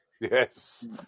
Yes